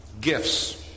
Gifts